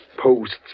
posts